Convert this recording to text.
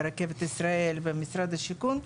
רכבת ישראל ומשרד השיכון.